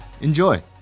Enjoy